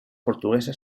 portuguesa